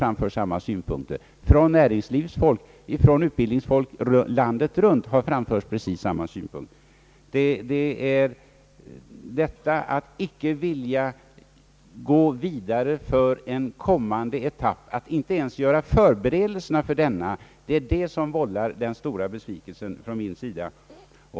Precis samma synpunkter framförs av näringslivets folk och utbildningsfolk landet runt. Man är besviken över att vi inte ens gör förberedelser för att gå vidare. Det är detta som vållar besvikelsen från min sida.